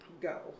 go